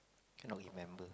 cannot remember